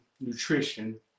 nutrition